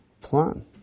plan